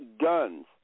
guns